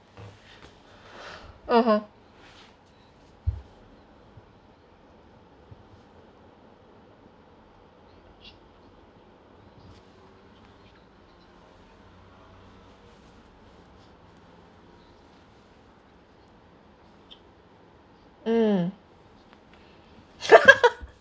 (uh huh) mm